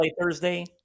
Thursday